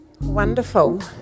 Wonderful